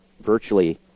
virtually